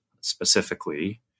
specifically